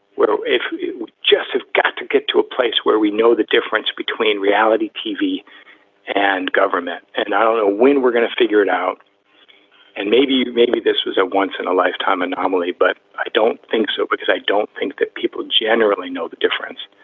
well, if you just have got to get to a place where we know the difference between reality tv and government and i don't know when we're gonna figure it out and maybe maybe this was a once in a lifetime anomaly, but i don't think so because i don't think that people generally know the difference.